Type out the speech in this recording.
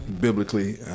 biblically